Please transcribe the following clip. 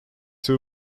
two